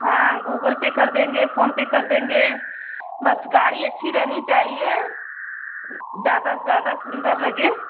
हाँ Google Pay कर देंगे फोनपे कर देंगे बस गाड़ी अच्छी रहनी चाहिए ज़्यादा से ज़्यादा सुंदर लगे